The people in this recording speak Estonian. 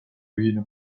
ühine